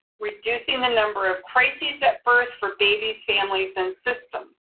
reducing the number of crises at birth for babies, families, and system.